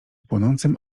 płonącym